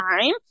time